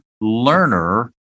learner